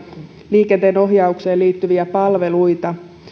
liikenteenohjaukseen liittyviä palveluita